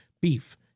beef